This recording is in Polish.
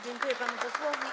Dziękuję, panu posłowi.